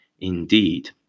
indeed